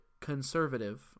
conservative